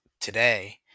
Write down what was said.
today